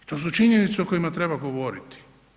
To su činjenice o kojima treba govoriti.